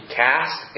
cast